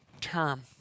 term